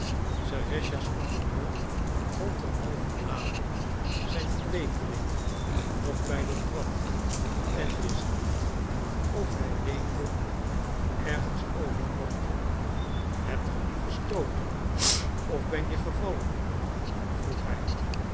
serëscha's gouverneur vond een half uur later zijn kweekeling nog bij de trap en wist niet of hij weende of ergens over mokte heb je u gestooten of ben je gevallen vroeg hij